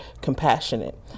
compassionate